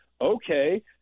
okay